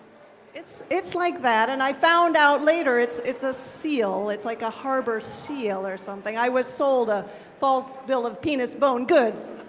it's it's like that. and i found out later it's a ah seal. it's like a harbor seal or something. i was sold a false bill of penis-bone goods.